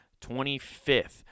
25th